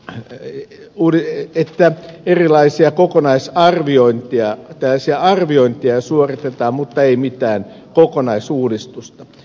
reini oli että erilaisia arviointeja suoritetaan mutta ei mitään kokonaisuudistusta